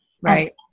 Right